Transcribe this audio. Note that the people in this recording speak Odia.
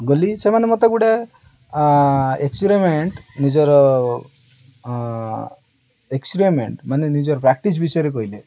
ଗଲି ସେମାନେ ମୋତେ ଗୋଟେ ଏକ୍ସପେରିମେଣ୍ଟ ନିଜର ଏକ୍ସପେରିମେଣ୍ଟ ମାନେ ନିଜର ପ୍ରାକ୍ଟିସ୍ ବିଷୟରେ କହିଲେ